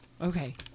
okay